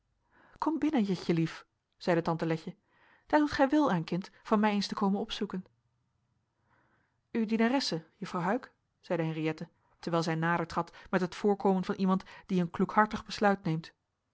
kom binnen jetje lief zeide tante letje daar doet gij wel aan kind van mij eens te komen opzoeken uw dienaresse juffrouw huyck zeide henriëtte terwijl zij nader trad met het voorkomen van iemand die een kloekhartig besluit neemt